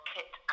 Kit